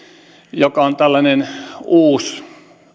joka on tällainen uusi